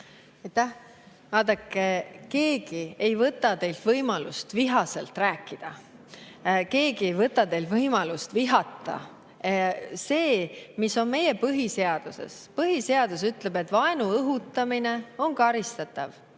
Vaadake, keegi ei võta teilt võimalust vihaselt rääkida, keegi ei võta teilt võimalust vihata. Mis on meie põhiseaduses? Põhiseadus ütleb, et vaenu õhutamine on karistatav.